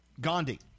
Gandhi